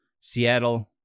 Seattle